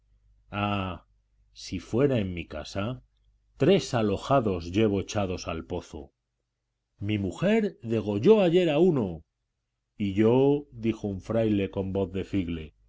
si fuera en mi casa tres alojados llevo echados al pozo mi mujer degolló ayer a uno y yo dijo un fraile con voz